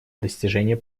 достижение